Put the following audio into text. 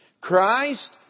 Christ